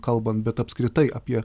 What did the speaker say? kalbant bet apskritai apie